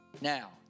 Now